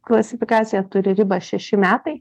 klasifikacija turi ribą šeši metai